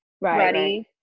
ready